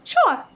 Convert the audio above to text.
Sure